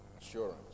assurance